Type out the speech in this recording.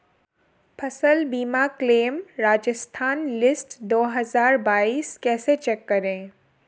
फसल बीमा claim Rajasthan list दो हज़ार बाईस कैसे चेक करें?